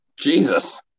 Jesus